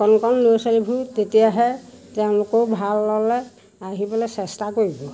কণ কণ ল'ৰা ছোৱালীবোৰো তেতিয়াহে তেওঁলোকেও ভাললৈ আহিবলৈ চেষ্টা কৰিব